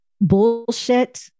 bullshit